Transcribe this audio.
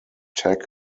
tag